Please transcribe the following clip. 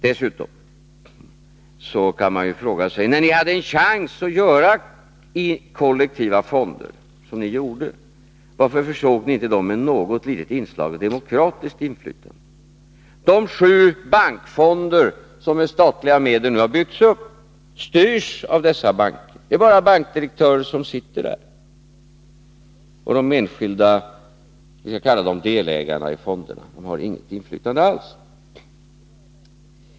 Dessutom kan man fråga sig: När ni hade en chans att skapa kollektiva fonder, som ni gjorde, varför försåg ni inte dem med något litet inslag av demokratiskt inflytande? De sju bankfonder som med statliga medel nu har byggts upp styrs av dessa banker. Det är bankdirektörer som sitter där, och de enskilda — vi kan kalla dem delägarna i fonderna — har inget inflytande alls.